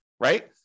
right